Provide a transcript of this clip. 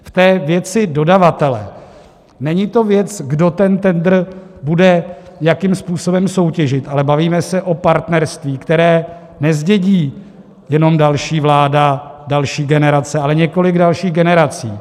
V té věci dodavatele: není to věc, kdo ten tendr bude jakým způsobem soutěžit, ale bavíme se o partnerství, které nezdědí jenom další vláda, další generace, ale několik dalších generací.